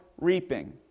reaping